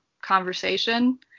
conversation